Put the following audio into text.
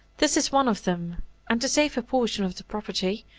this is one of them and to save her portion of the property,